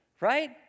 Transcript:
Right